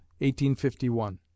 1851